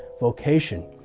vocation.